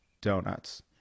donuts